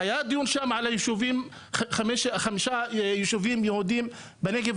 והיה דיון שמה על חמישה ישובים יהודיים בנגב,